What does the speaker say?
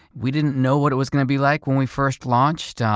we didn't know what it was going to be like when we first launched. ah